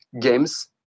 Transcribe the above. games